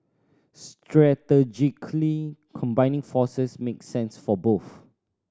strategically combining forces makes sense for both